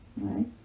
right